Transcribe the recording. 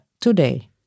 today